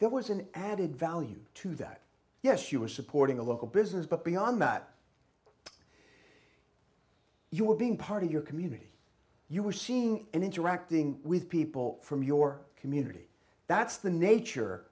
there was an added value to that yes you were supporting a local business but beyond that you were being part of your community you were seeing and interacting with people from your community that's the nature